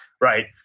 right